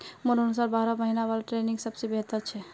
मोर अनुसार बारह महिना वाला ट्रेनिंग सबस बेहतर छ